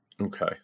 Okay